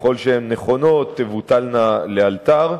ככל שהן נכונות, תבוטלנה לאלתר.